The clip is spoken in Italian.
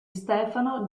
stefano